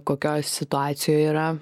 kokioj situacijoj yra